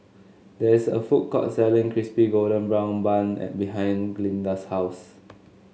there is a food court selling Crispy Golden Brown Bun and behind Glynda's house